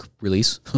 release